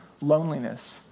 loneliness